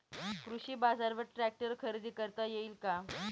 कृषी बाजारवर ट्रॅक्टर खरेदी करता येईल का?